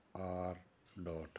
R dot